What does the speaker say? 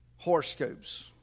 Horoscopes